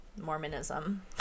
Mormonism